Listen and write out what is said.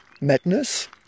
madness